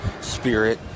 Spirit